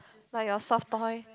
like your soft toy